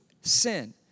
sin